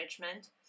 management